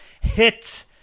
hit